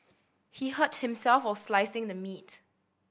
he hurt himself while slicing the meat